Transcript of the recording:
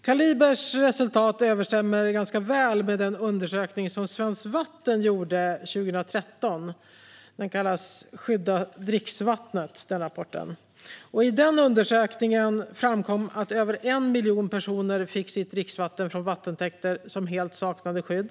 Kalibers resultat överensstämmer väl med den undersökning som Svenskt Vatten gjorde 2013 om att skydda dricksvattnet. I den undersökningen framkom att över 1 miljon personer fick sitt dricksvatten från vattentäkter som helt saknade skydd.